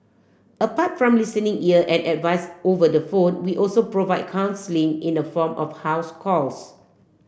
apart from listening ear and advice over the phone we also provide counselling in the form of house calls